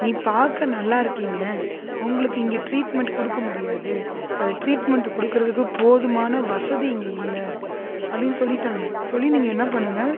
நீ பார்க்க நல்லாயிருக்கீங்க உங்களுக்கு இங்கே ட்ரீட்மென்ட் கொடுக்க முடியாது அது ட்ரீட்மென்ட் கொடுக்கிறதுக்கு போதுமான வசதி இங்கே இல்லை அப்படினு சொல்லிட்டாங்க சொல்லி நீங்கள் என்ன பண்ணுங்க